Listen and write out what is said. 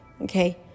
Okay